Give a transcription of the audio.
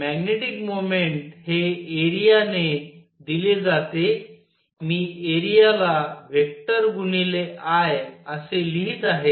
magnetic moment हे area ने दिले जाते मी एरिया ला व्हेक्टर गुणिले I असे लिहीत आहे